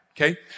Okay